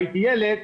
הייתי ילד,